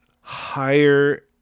higher